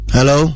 Hello